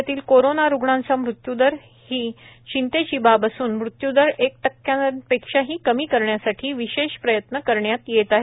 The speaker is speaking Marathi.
राज्यातील कोरोना रुग्णांचा मृत्यूदर ही चिंतेची बाब असून मृत्यूदर एक टक्क्यापेक्षाही कमी करण्यासाठी विशेष प्रयत्न करण्यात येत आहेत